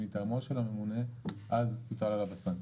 מטעמו של הממונה אז תופעל עליו הסנקציה.